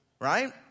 right